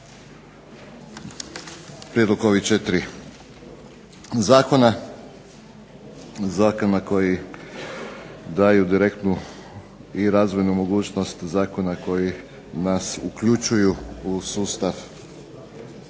prijedlog ovih 4 zakona. Zakona koji daju direktnu i razvojnu mogućnost, zakona koji nas uključuju u sustav